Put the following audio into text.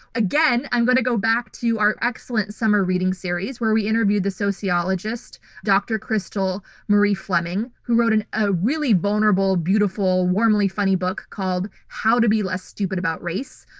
again, i'm going to go back to our excellent summer reading series where we interviewed the sociologist, dr. crystal marie fleming, who wrote a ah really vulnerable, beautiful, warmly funny book called how to be less stupid about race.